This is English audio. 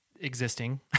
existing